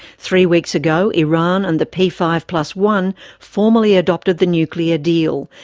three weeks ago iran and the p five plus one formally adopted the nuclear deal,